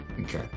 Okay